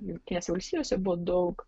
jungtinėse valstijose buvo daug